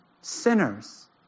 sinners